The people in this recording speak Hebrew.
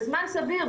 בזמן סביר,